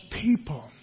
people